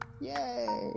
Yay